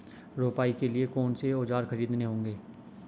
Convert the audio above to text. रोपाई के लिए कौन से औज़ार खरीदने होंगे?